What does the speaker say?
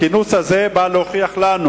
הכינוס הזה בא להוכיח לנו